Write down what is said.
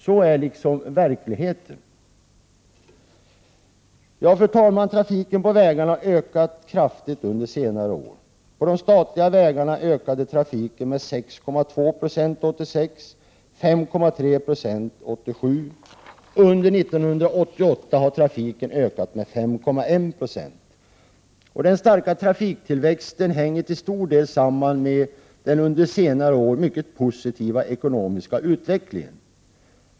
Sådan är verkligheten. Fru talman! Trafiken på vägarna har ökat kraftigt under senare år. På de statliga vägarna ökade trafiken med 6,2 90 1986 och med 5,3 960 1987. Under 1988 har trafiken ökat med 5,1 20. Den starka trafiktillväxten hänger till stor del samman med den under senare år mycket positiva ekonomiska utvecklingen.